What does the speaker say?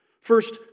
First